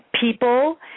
people